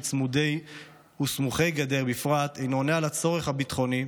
צמודים וסמוכי גדר בפרט אינו עונה על הצורך הביטחוני,